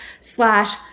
slash